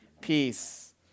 peace